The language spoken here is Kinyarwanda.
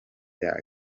bya